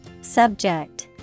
Subject